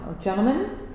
Gentlemen